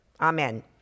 amen